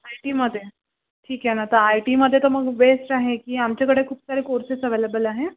I टीमध्ये ठीक आहे मग आता आय टीमध्ये तर मग बेस्ट आहे की आमच्याकडे खूप सारे कोर्सेस अव्हेलेबल आहे